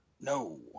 No